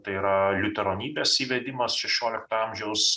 tai yra liuteronybės įvedimas šešiolikto amžiaus